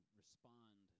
respond